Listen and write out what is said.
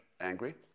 angry